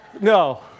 no